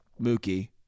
Mookie